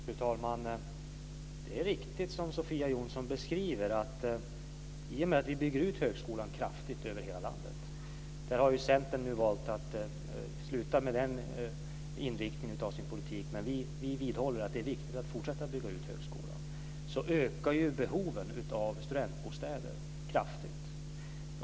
Fru talman! Det är riktigt som Sofia Jonsson beskriver, att i och med att vi bygger ut högskolan kraftigt över hela landet - Centern har ju nu valt att sluta med den inriktningen av sin politik, men vi vidhåller att det är viktigt att fortsätta bygga ut högskolan - så ökar ju behoven av studentbostäder kraftigt.